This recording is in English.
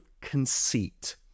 conceit